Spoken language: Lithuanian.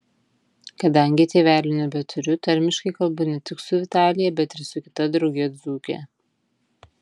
kadangi tėvelių nebeturiu tarmiškai kalbu ne tik su vitalija bet ir su kita drauge dzūke